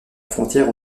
frontière